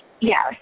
Yes